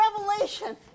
revelation